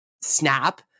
snap